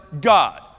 God